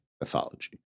mythology